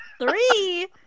Three